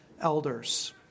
elders